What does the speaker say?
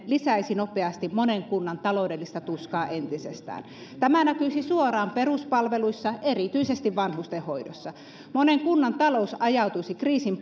lisäisi nopeasti monen kunnan taloudellista tuskaa entisestään tämä näkyisi suoraan peruspalveluissa erityisesti vanhustenhoidossa monen kunnan talous ajautuisi kriisin